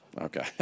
Okay